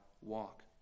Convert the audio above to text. walk